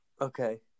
Okay